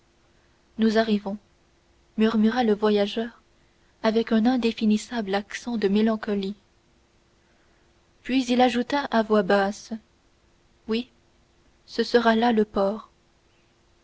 nous arrivons murmura le voyageur avec un indéfinissable accent de mélancolie puis il ajouta à voix basse oui ce sera là le port